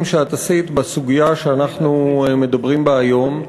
שעשית בסוגיה שאנחנו מדברים בה היום.